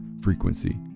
frequency